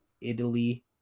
Italy